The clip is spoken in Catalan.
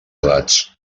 edats